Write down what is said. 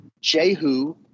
Jehu